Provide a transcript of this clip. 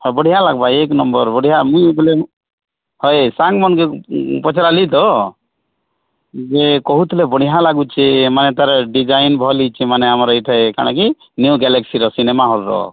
ହଁ ବଢ଼ିଆ ଲାଗବା ଏକ ନମ୍ବର୍ ବଢ଼ିଆ ମୁଇଁ ବୋଲେ ହଏ ସାଙ୍ଗ ମାନକେ ପଚାରାଲି ତ ଯେ କହୁଥିଲେ ବଢ଼ିଆ ଲାଗୁଛେ ମାନେ ତା'ର ଡିଜାଇନ୍ ଭଲ ହେଇଛେ ମାନେ ଆମର ଏଇଟା କାଣା କି ନିୟୁ ଗାଲେକ୍ସିର ସିନେମା ହଲ୍ର